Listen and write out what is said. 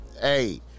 Hey